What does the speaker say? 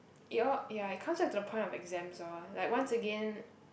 it all ya it comes down to the point of exams orh like once again